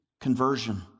conversion